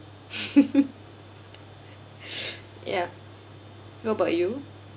ya what about you